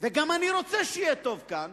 וגם אני רוצה שיהיה טוב כאן